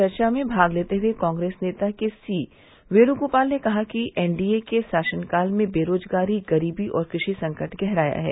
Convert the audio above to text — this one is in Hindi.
चर्चा में भाग लेते हए कांग्रेस नेता के सी वेण्गोपाल ने कहा कि एनडीए के शासनकाल में बेरोजगारी गरीबी और कृषि संकट गहराया है